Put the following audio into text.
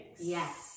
Yes